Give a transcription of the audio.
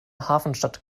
hafenstadt